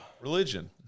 Religion